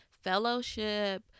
fellowship